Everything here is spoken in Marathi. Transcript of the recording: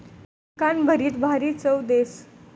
गिलकानं भरीत भारी चव देस